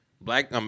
Black